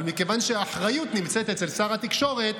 אבל מכיוון שהאחריות נמצאת אצל שר התקשורת,